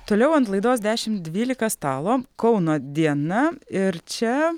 toliau ant laidos dešim dvylika stalo kauno diena ir čia